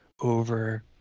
over